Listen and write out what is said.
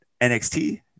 nxt